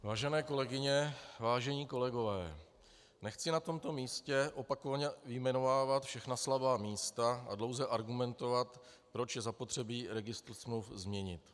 Vážené kolegyně, vážení kolegové, nechci na tomto místě opakovaně vyjmenovávat všechna slabá místa a dlouze argumentovat, proč je zapotřebí registr smluv změnit.